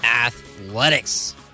Athletics